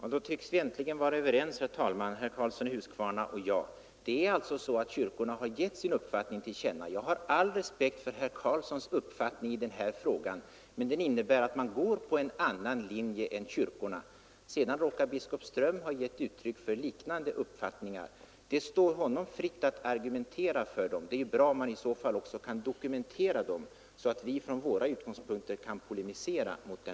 Herr talman! Herr Karlsson i Huskvarna och jag tycks nu vara överens. Det är alltså så att kyrkorna i allmänhet har givit sin uppfattning till känna. Jag har all respekt för herr Karlssons uppfattning i denna fråga, men den innebär att han följer en annan linje än kyrkornas. Det råkar också vara så att biskop Ström givit uttryck för liknande uppfattningar. Det står honom fritt att argumentera för dem. Det vore bra om han i så fall också kunde dokumentera dessa, så att vi från våra utgångspunkter kan polemisera mot dem.